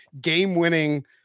game-winning